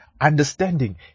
Understanding